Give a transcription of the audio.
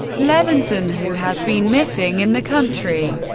levinson, who has been missing in the country.